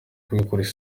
kubikorera